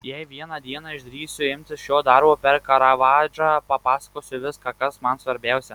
jei vieną dieną išdrįsiu imtis šio darbo per karavadžą papasakosiu viską kas man svarbiausia